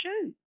shoes